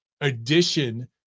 addition